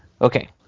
Okay